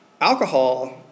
alcohol